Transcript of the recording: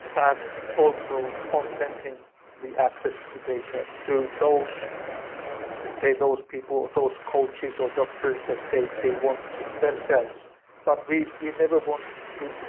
and also consenting the access the data to those that say, those people or those coaches or doctors that they they want to themselves but we we never want to,